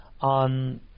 on